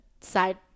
side